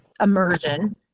immersion